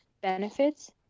benefits